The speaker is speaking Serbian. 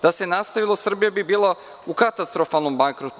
Da se nastavilo Srbija bi bila u katastrofalnom bankrotu.